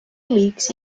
leagues